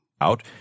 Out